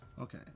Okay